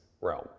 realm